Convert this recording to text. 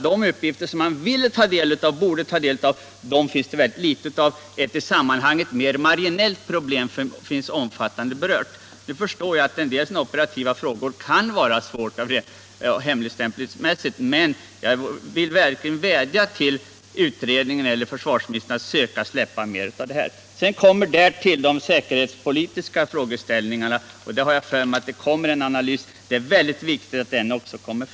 De uppgifter som man vill och borde få ta del av är i mycket liten utsträckning redovisade, medan ett i sammanhanget mera marginellt problem givits en omfattande behandling. Nu förstår jag att en del operativa frågor kan vara svåra att beröra med hänsyn till behovet av hemligstämpling, men jag vill verkligen vädja till försvarsutredningen eller till försvarsministern att försöka släppa ut mera av dessa uppgifter. Till detta kommer de säkerhetspolitiska frågeställningarna, och om jag är riktigt underrättad kommer en analys av dessa att göras. Det är mycket viktigt att också den framläggs.